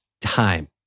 time